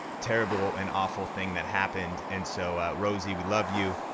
terrible and awful thing that happened. and so rosie we love you,